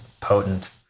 potent